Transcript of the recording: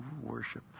worship